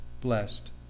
blessed